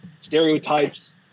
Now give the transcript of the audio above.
stereotypes